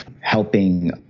helping